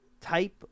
type